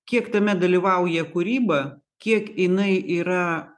kiek tame dalyvauja kūryba kiek jinai yra